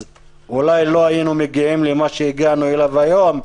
אולי אז לא היינו מגיעים למה שהגענו אליו היום.